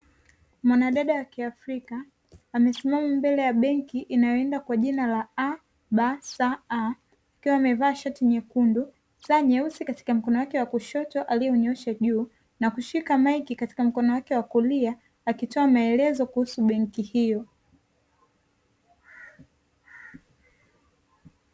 Mwanadada wa kiafrika amesimama mbele ya benki inayoenda kwa jina la ABSA, akiwa amevaa shati nyeusi, katika mkono wake wa kushoto alionyoosha juu na kushika maiki katika mkono wake wa kulia, akitoa maelezo kuhusu benki hiyo.